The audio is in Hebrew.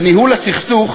בימי ניהול הסכסוך,